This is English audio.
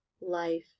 life